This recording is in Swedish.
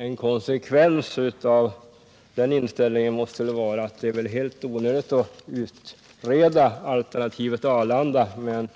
En konsekvens av den inställningen måste väl vara att det är helt onödigt att utreda alternativet Arlanda med